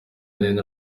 nina